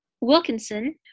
wilkinson